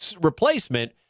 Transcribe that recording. replacement